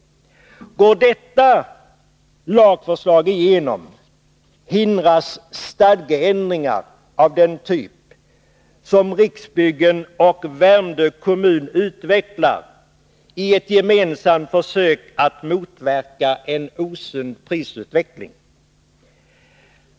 Går detta lagförslag igenom hindras de stadgeändringar som Riksbyggen och Värmdö kommun utvecklar i ett gemensamt försök att motverka en osund prisutveckling.